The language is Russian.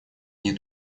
ней